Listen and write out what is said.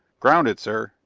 grounded, sir,